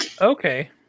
Okay